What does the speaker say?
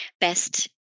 best